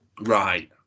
Right